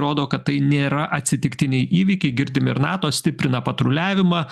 rodo kad tai nėra atsitiktiniai įvykiai girdim ir nato stiprina patruliavimą